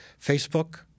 Facebook